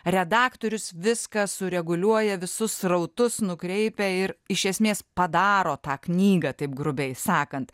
redaktorius viską sureguliuoja visus srautus nukreipia ir iš esmės padaro tą knygą taip grubiai sakant